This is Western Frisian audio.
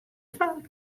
fan